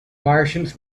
martians